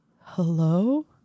Hello